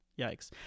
Yikes